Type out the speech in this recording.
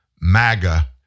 MAGA